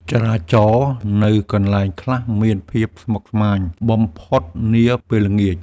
ចរាចរណ៍នៅកន្លែងខ្លះមានភាពស្មុគស្មាញបំផុតនាពេលល្ងាច។